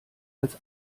als